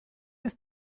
ist